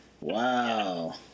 Wow